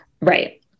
Right